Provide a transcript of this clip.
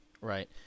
right